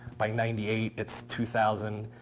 by ninety eight, it's two thousand.